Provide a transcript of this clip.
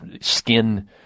skin